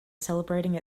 celebrating